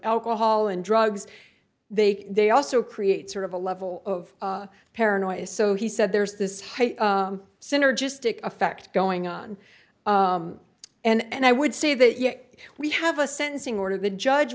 alcohol and drugs they they also create sort of a level of paranoia so he said there's this synergistic effect going on and i would say that yes we have a sentencing order the judge